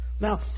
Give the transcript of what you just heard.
now